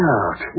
out